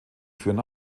führen